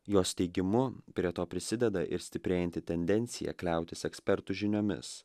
jos teigimu prie to prisideda ir stiprėjanti tendencija kliautis ekspertų žiniomis